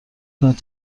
کنید